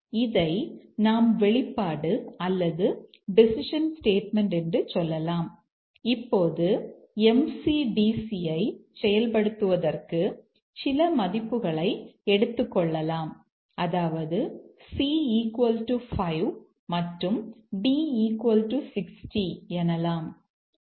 இதை நாம் வெளிப்பாடு அல்லது டெசிஷன் ஸ்டேட்மெண்ட் என்று சொல்லலாம் இப்போது MC DC ஐ செயல்படுத்துவதற்கு சில மதிப்புகளை எடுத்துக்கொள்ளலாம் அதாவது c 5 மற்றும் d 60 எனலாம்